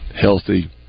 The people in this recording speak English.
healthy